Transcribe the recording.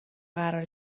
قرار